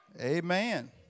Amen